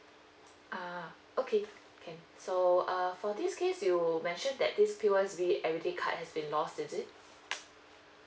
a'ah okay can so err for this case you mentioned that this P_O_S_B everyday card has been lost is it